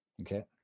Okay